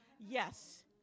Yes